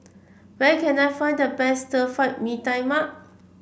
where can I find the best Stir Fry Mee Tai Mak